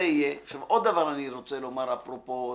עוד דבר אפרופו.